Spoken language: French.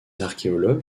archéologues